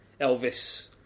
Elvis